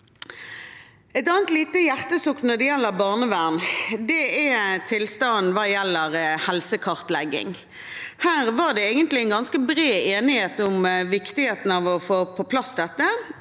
Et annet lite hjertesukk når det gjelder barnevern, er tilstanden hva gjelder helsekartlegging. Det var egentlig en ganske bred enighet om viktigheten av å få på plass dette,